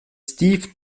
steve